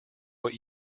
what